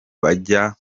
bajya